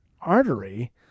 artery